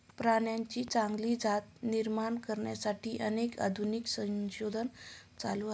प्राण्यांची चांगली जात निर्माण करण्यासाठी अनेक आधुनिक संशोधन चालू आहे